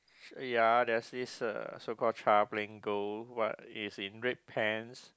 ya there's this uh so called child playing goal what he's in red pants